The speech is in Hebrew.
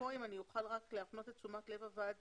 כאן, אם אני אוכל להפנות את תשומת לב הוועדה,